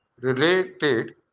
related